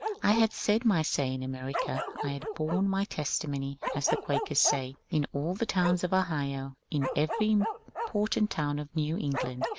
i had said my say in america i had borne my testimony, as the quakers say, in all the towns of ohio, in every important town of new england,